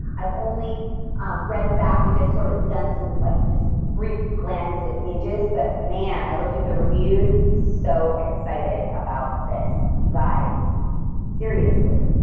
i've only read the back and just sort of done some like just brief glances at pages but man i look at the reviews, so excited about this you guys seriously.